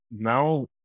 Now